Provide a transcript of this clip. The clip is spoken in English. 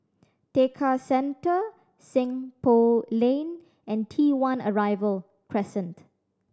Tekka Centre Seng Poh Lane and T One Arrival Crescent